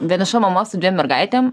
vieniša mama su dviem mergaitėm